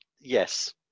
yes